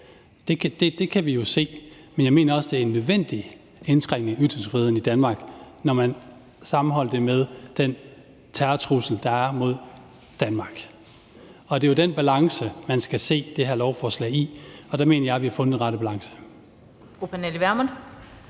Det kan vi jo se. Men jeg mener også, det er en nødvendig indskrænkning af ytringsfriheden i Danmark, når man sammenholder det med den terrortrussel, der er mod Danmark. Det er jo den balance, man skal se det her lovforslag i forhold til. Der mener jeg, vi har fundet den rette balance.